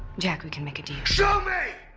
jack, we can make a deal. show me!